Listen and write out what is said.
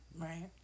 Right